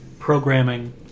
Programming